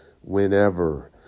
whenever